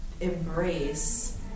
embrace